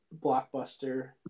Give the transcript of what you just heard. blockbuster